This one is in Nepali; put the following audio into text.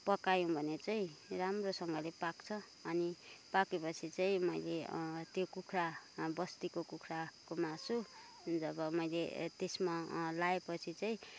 पकायौँ भने चाहिँ राम्रोसँगले पाक्छ अनि पाकेपछि चाहिँ मैले त्यो कुखुरा बस्तीको कुखुराको मासु जब मैले त्यसमा लाएपछि चाहिँ